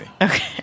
Okay